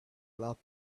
lap